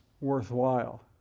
worthwhile